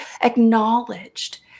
acknowledged